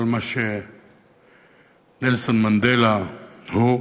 כל מה שנלסון מנדלה הוא,